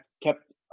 kept